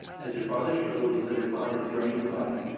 as her father struggled with a decline of brain and body,